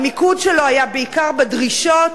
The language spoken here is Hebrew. המיקוד שלו היה בעיקר בדרישות